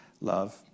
love